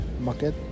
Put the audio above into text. market